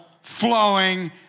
flowing